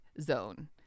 zone